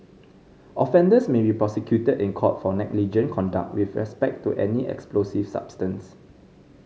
offenders may be prosecuted in court for negligent conduct with respect to any explosive substance